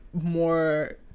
more